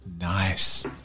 Nice